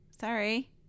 sorry